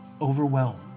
overwhelmed